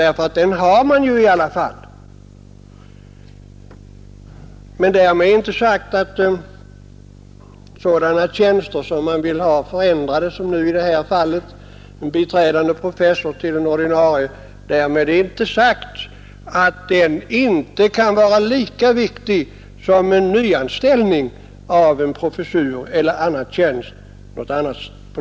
Därmed är inte sagt att sådana tjänster som man vill ha förändrade — som när man i det här fallet vill göra en biträdande professor till ordinarie — inte kan vara lika viktiga som t.ex. nyanställning av en professor.